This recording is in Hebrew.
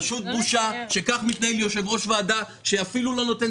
פשוט בושה שכך מתנהג יושב ראש ועדה שאפילו לא נותן